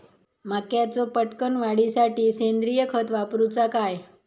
मक्याचो पटकन वाढीसाठी सेंद्रिय खत वापरूचो काय?